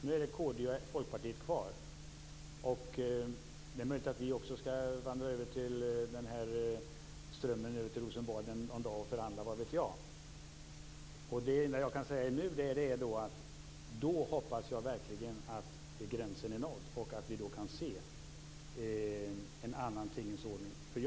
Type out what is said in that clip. Nu är kd och Folkpartiet kvar. Det är möjligt att vi också skall vandra i strömmen över till Rosenbad någon dag och förhandla, vad vet jag. Det enda jag kan säga nu är att då hoppas jag verkligen att gränsen är nådd och att vi kan se en annan tingens ordning.